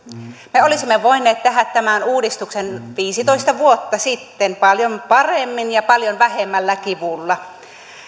me olisimme voineet tehdä tämän uudistuksen viisitoista vuotta sitten paljon paremmin ja paljon vähemmällä kivulla